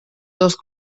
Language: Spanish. dos